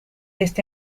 este